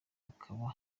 akaba